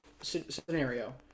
scenario